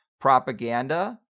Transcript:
propaganda